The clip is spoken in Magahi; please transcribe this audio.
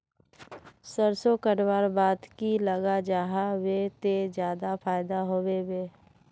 सरसों कटवार बाद की लगा जाहा बे ते ज्यादा फायदा होबे बे?